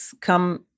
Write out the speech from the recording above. come